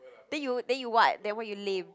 then you then you [what] then why you lame